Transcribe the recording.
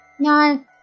No